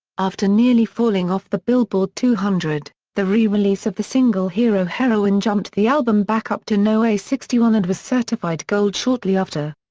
after nearly falling off the billboard two hundred, the re-release of the single hero heroine jumped the album back up to no. sixty one and was certified gold shortly after.